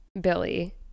Billy